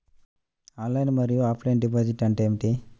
Online మరియు offline deposit అంటే ఏమిటి?